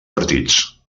partits